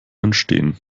entstehen